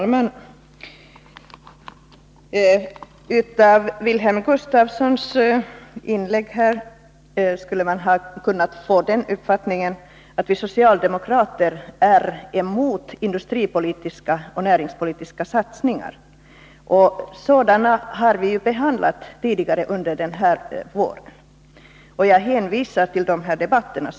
Herr talman! Av Wilhelm Gustafssons inlägg här skulle man ha kunnat få uppfattningen att vi socialdemokrater är emot industripolitiska och näringspolitiska satsningar. Sådana frågor har vi ju behandlat tidigare här under våren, och jag hänvisar till de debatterna.